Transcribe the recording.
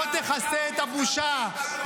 לא תכסה את הבושה.